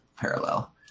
parallel